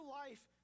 life